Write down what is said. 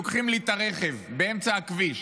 לוקחים לי את הרכב באמצע הכביש.